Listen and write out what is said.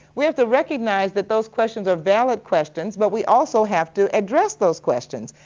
we have to recognize that those questions are valid questions but we also have to address those questions.